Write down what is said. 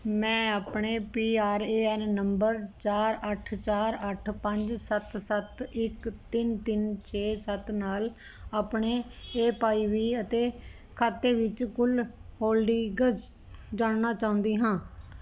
ਮੈਂ ਆਪਣੇ P R A N ਨੰਬਰ ਚਾਰ ਅੱਠ ਚਾਰ ਅੱਠ ਪੰਜ ਸੱਤ ਸੱਤ ਇੱਕ ਤਿੰਨ ਤਿੰਨ ਛੇ ਸੱਤ ਨਾਲ ਆਪਣੇ ਏ ਪਾਈ ਵੀ ਖਾਤੇ ਵਿੱਚ ਕੁੱਲ ਹੋਲਡਿੰਗਜ਼ ਜਾਣਨਾ ਚਾਹੁੰਦੀ ਹਾਂ